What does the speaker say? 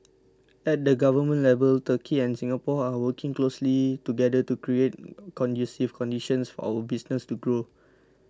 at the government level Turkey and Singapore are working closely together to create conducive conditions for our businesses to grow